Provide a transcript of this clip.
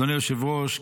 אדוני היושב-ראש,